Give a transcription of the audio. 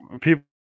people